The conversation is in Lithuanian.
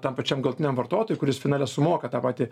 tam pačiam galutiniam vartotojui kuris finale sumoka tą patį